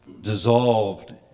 dissolved